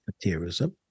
terrorism